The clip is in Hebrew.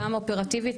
גם אופרטיבית,